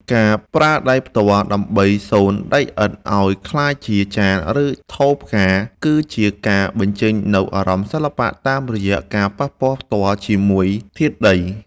ការប្រើដៃផ្ទាល់ដើម្បីសូនដីឥដ្ឋឱ្យក្លាយជាចាន ឬ ថូផ្កា គឺជាការបញ្ចេញនូវអារម្មណ៍សិល្បៈតាមរយៈការប៉ះពាល់ផ្ទាល់ជាមួយធាតុដី។